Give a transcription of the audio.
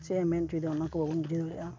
ᱪᱮᱫ ᱮ ᱢᱮᱱ ᱚᱪᱚᱭᱮᱫᱟ ᱚᱱᱟᱠᱚ ᱵᱟᱵᱚᱱ ᱵᱩᱡᱷᱟᱹᱣ ᱫᱟᱲᱮᱭᱟᱜᱼᱟ